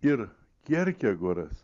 ir kjerkegoras